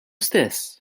stess